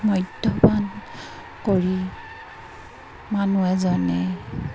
মদ্যপান কৰি মানুহ এজনে